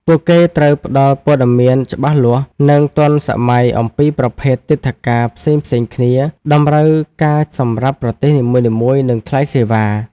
ពួកគេត្រូវផ្តល់ព័ត៌មានច្បាស់លាស់ និងទាន់សម័យអំពីប្រភេទទិដ្ឋាការផ្សេងៗគ្នា តម្រូវការសម្រាប់ប្រទេសនីមួយៗ និងថ្លៃសេវា។